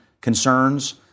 concerns